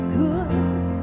good